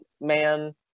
man